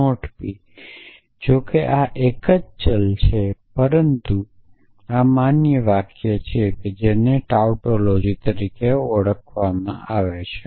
p જોકે આ એક જ ચલ છે પરંતુ આ માન્ય વાક્ય છે જેને ટાઉટોલોજી તરીકે ઓળખાય છે